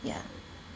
yeah